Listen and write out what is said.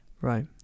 right